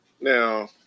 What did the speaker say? Now